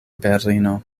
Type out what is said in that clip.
berlino